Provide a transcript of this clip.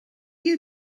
you